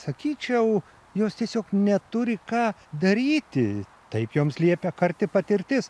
sakyčiau jos tiesiog neturi ką daryti taip joms liepia karti patirtis